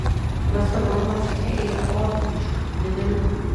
gastronomo ceche yra orkaičių didelių